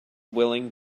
willing